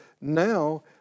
Now